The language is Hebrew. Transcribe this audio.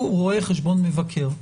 הוא רואה חשבון מבקר.